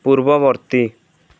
ପୂର୍ବବର୍ତ୍ତୀ